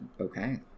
Okay